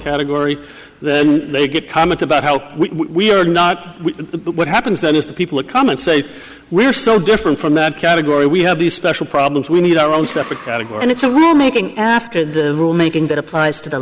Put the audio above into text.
category then they get comment about how we are not the but what happens then is the people to come and say we are so different from that category we have these special problems we need our own separate category and it's a rule making after the rule making that applies to the